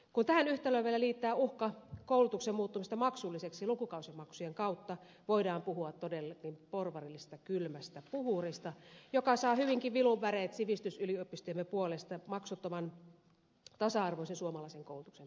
kun tähän yhtälöön vielä liittää uhan koulutuksen muuttumisesta maksulliseksi lukukausimaksujen kautta voidaan puhua todellakin porvarillisesta kylmästä puhurista joka saa hyvinkin vilunväreet sivistysyliopistojemme puolesta maksuttoman tasa arvoisen suomalaisen koulutuksen puolesta